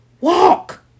walk